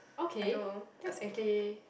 I don't know I don't know